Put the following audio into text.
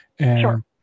Sure